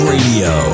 Radio